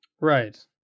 Right